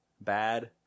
bad